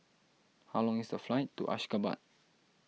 how long is the flight to Ashgabat